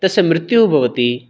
तस्य मृत्युः भवति